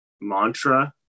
mantra